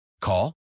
Call